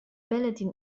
بلد